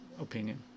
opinion